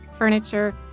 Furniture